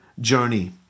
journey